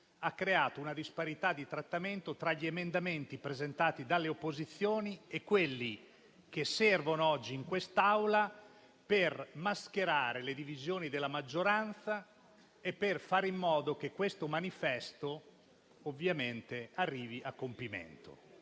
ha creato una disparità di trattamento tra gli emendamenti presentati dalle opposizioni e quelli che oggi servono in quest'Aula per mascherare le divisioni della maggioranza e fare in modo che questo manifesto arrivi a compimento.